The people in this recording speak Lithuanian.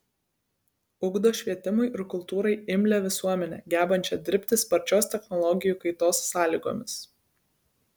ugdo švietimui ir kultūrai imlią visuomenę gebančią dirbti sparčios technologijų kaitos sąlygomis